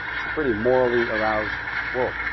it's a pretty morally aroused world.